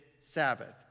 Sabbath